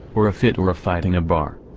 or a fit or a fight in a bar.